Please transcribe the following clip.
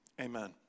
amen